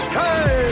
hey